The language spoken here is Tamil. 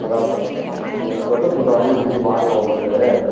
அதான் இப்போ நீங்கள் அந்த ஸ்பெசல் ஃபுட்டை வாங்கி கொடுத்துப் பாருங்கள் ஒன்ஸு